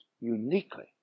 uniquely